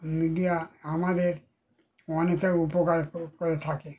media আমাদের অনেকটাই উপকার কো করে থাকে